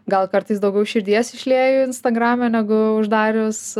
gal kartais daugiau širdies išlieju instagrame negu uždarius